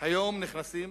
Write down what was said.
היום נכנסים